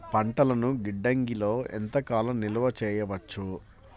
పంటలను గిడ్డంగిలలో ఎంత కాలం నిలవ చెయ్యవచ్చు?